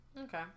Okay